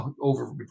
over